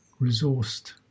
resourced